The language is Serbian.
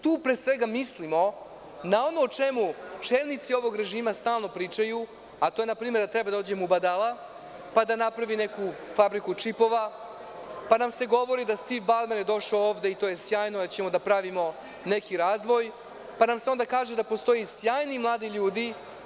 Tu pre svega mislimo na ono o čemu čelnici ovog režima stalno pričaju, a to je da treba da dođe Mubadala pa da napravi fabriku čipova, pa se govori da je Stiv Balmer došao i da ćemo da pravimo neki razvoj, pa se kaže da postoje sjajni mladi ljudi.